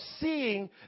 seeing